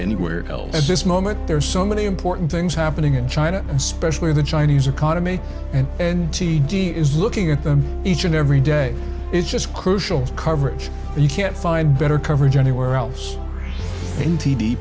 anywhere else at this moment there are so many important things happening in china especially the chinese economy and and t d is looking at them each and every day is just crucial coverage and you can't find better coverage anywhere else